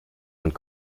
und